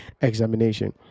examination